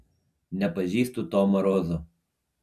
nepažįstu to marozo